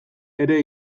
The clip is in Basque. ere